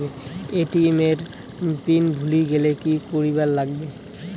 ATM এর PIN ভুলি গেলে কি করিবার লাগবে?